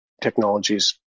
technologies